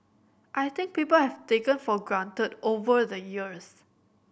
I think people have taken for granted over the years